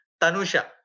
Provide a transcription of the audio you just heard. Tanusha